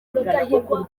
rudahigwa